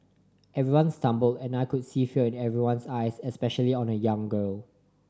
everyone stumbled and I could see fear in everyone's eyes especially on a young girl